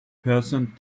percent